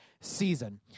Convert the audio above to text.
season